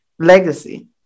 legacy